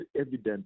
evident